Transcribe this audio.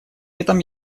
этом